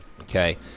okay